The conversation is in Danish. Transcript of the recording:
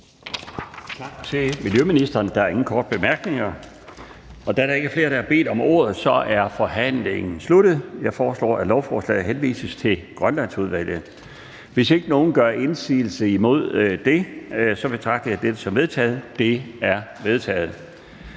Tak til miljøministeren. Der er ingen korte bemærkninger. Da der ikke er flere, der har bedt om ordet, er forhandlingen sluttet. Jeg foreslår, at lovforslaget henvises til Grønlandsudvalget. Hvis ingen gør indsigelse imod det, betragter jeg det som vedtaget. Det er vedtaget.